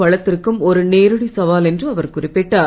வளத்திற்கும் ஒரு நேரடி சவால் என்று அவர் குறிப்பிட்டார்